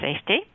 safety